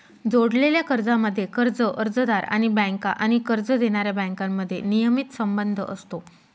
जोडलेल्या कर्जांमध्ये, कर्ज अर्जदार आणि बँका आणि कर्ज देणाऱ्या बँकांमध्ये नियमित संबंध असतो